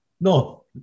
No